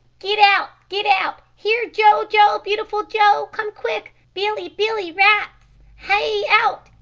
get out get out! here, joe, joe, beautiful joe. come quick. billy, billy, rats hie out,